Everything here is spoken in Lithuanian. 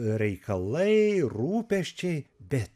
reikalai rūpesčiai bet